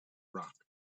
rock